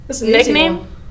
nickname